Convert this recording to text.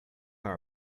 our